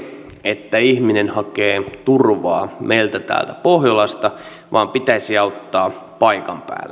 että ihminen hakee turvaa meiltä täältä pohjolasta vaan pitäisi auttaa paikan päällä no